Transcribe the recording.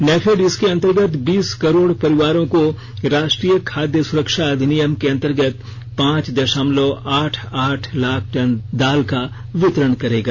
नैफेड इसके अंतर्गत बीस करोड़ परिवारों को राष्ट्रीय खाद्य सुरक्षा अधिनियम के अंतर्गत पांच दशमलव आठ आठ लाख टन दाल का वितरण करेगा